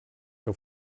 que